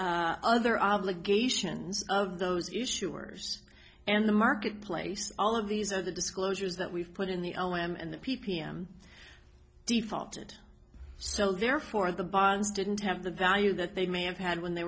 by other obligations of those issuers and the market place all of these are the disclosures that we've put in the o m and the p p m defaulted so therefore the bonds didn't have the value that they may have had when they